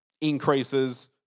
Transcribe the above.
increases